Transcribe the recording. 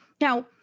Now